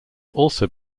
also